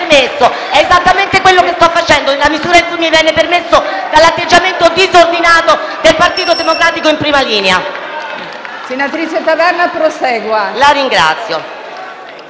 *(M5S)*. È quello che sto facendo, nella misura in cui mi viene permesso dall'atteggiamento disordinato del Partito Democratico in prima linea